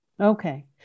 Okay